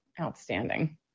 outstanding